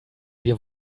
wir